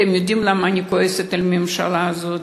אתם יודעים למה אני כועסת על הממשלה הזאת?